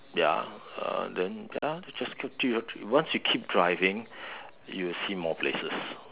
ya uh then ya you just keep drive once you keep driving you will see more places